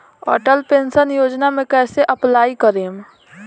Atal pension योजना मे कैसे अप्लाई करेम?